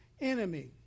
enemy